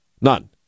None